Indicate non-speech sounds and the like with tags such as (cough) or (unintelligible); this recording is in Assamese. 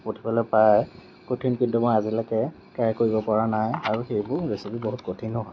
(unintelligible) কঠিন কিন্তু মই আজিলৈকে ট্ৰাই কৰিব পৰা নাই আৰু সেইবোৰ ৰেচিপি বহুত কঠিনো হয়